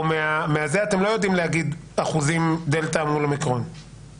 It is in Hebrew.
אתם לא יודעים להגיד אחוזי דלתא מול אומיקרון בחולים חדשים?